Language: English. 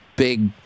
big